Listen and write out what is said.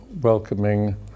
welcoming